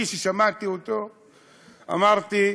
אני, כששמעתי אותו, אמרתי: